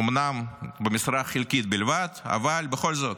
אומנם במשרה חלקית בלבד, אבל בכל זאת.